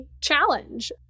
challenge